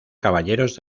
caballeros